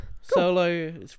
Solo